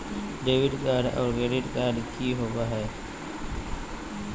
Debit card और credit card की होवे हय?